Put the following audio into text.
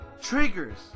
triggers